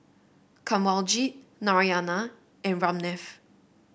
Kanwaljit Narayana and Ramnath